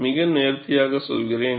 மிக நேர்த்தியாக சொல்கிறேன்